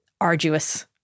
arduous